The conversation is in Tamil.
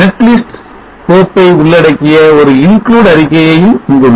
net list கோப்பை உள்ளடக்கிய ஒரு include அறிக்கையும் இங்குள்ளது